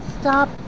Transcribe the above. stop